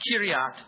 Kiryat